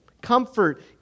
Comfort